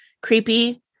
Creepy